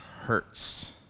hurts